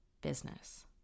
business